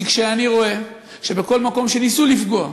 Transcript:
כי כשאני רואה שבכל מקום שניסו לפגוע,